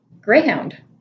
greyhound